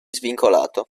svincolato